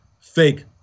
fake